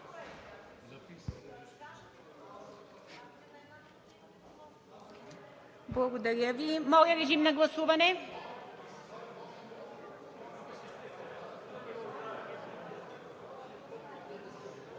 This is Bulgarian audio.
Благодаря Ви. Моля, режим на гласуване.